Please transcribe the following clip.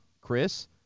Chris